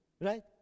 Right